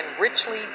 richly